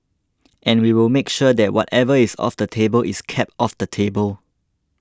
and we will make sure that whatever is off the table is kept off the table